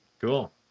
cool